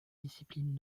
disciplines